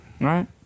right